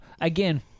Again